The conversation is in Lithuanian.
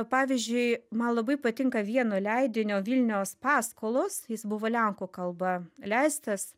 pavyzdžiui man labai patinka vieno leidinio vilniaus paskolos jis buvo lenkų kalba leistas